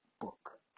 book